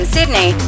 Sydney